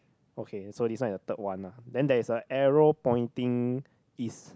okay so this is the third one lah then there's a arrow pointing East